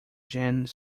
jeanne